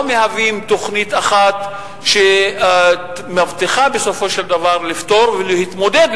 לא מהווים תוכנית אחת שמבטיחה בסופו של דבר לפתור ולהתמודד,